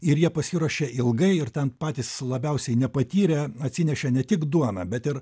ir jie pasiruošė ilgai ir ten patys labiausiai nepatyrę atsinešė ne tik duoną bet ir